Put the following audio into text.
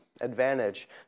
advantage